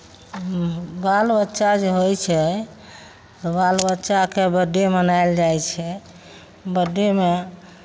बाल बच्चा जे होइ छै तऽ बाल बच्चाके बड्डे मनायल जाइ छै बड्डेमे